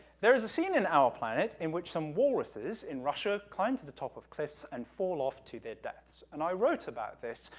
there is a scene in our planet in which some walerouses in russia climb to the top of cliffs and fall off to their deaths, and i wrote about this,